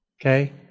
Okay